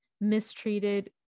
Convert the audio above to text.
mistreated